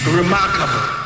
remarkable